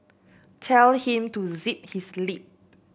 tell him to zip his lip